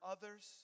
others